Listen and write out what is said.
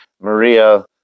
Maria